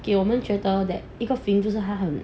给我们觉得 that 一个 feeling that 他很